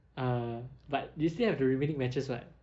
err but you still have the remaining matches [what]